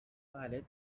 pilots